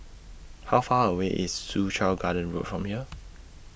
How Far away IS Soo Chow Garden Road from here